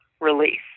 release